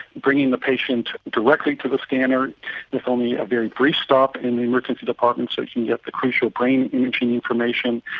bringing the patient directly to the scanner with only a very brief stop in the emergency department so you can get the crucial brain imaging information.